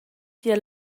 pia